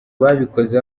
babikoze